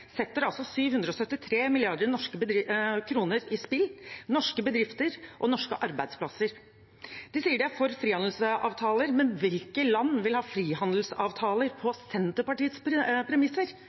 setter altså 773 milliarder norske kroner, norske bedrifter og norske arbeidsplasser i spill. De sier at de er for frihandelsavtaler, men hvilke land vil ha frihandelsavtaler på Senterpartiets premisser?